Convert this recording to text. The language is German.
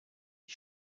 ich